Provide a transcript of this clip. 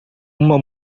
uma